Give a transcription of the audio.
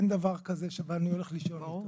אין דבר כזה שאני הולך לישון בלי,